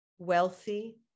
wealthy